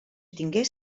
tingués